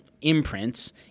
imprints